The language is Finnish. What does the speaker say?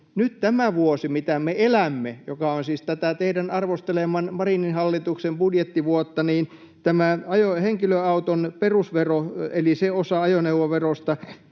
tänä vuonna, mitä me elämme, joka on siis tätä teidän arvostelemaanne Marinin hallituksen budjettivuotta, tämän henkilöauton perusveron eli sen osan arvio ajoneuvoverosta